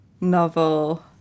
novel